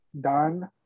done